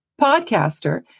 podcaster